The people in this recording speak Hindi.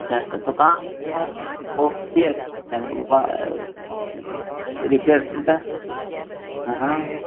अच्छा तो कहाँ रिपेयर सेंटर हाँ